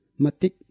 matik